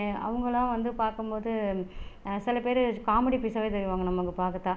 அவங்களாம் வந்து பார்க்கும் போது சில பேர் காமெடி பீஸாவே தெரிவாங்க நம்ம அங்கே பார்த்தால்